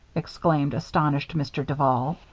exclaimed astonished mr. duval.